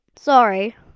sorry